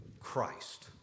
Christ